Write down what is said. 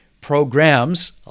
programs